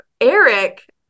Eric